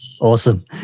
awesome